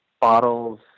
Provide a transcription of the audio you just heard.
bottles